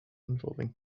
involving